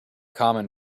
common